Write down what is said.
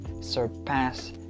surpass